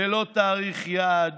ללא תאריך יעד.